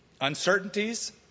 Uncertainties